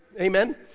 Amen